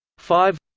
five